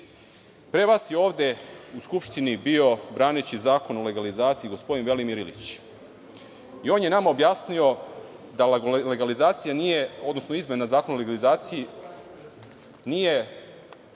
vas je ovde u Skupštini bio, braneći Zakon o legalizaciji, gospodin Velimir Ilić. On nam je objasnio da izmena Zakona o legalizaciji nije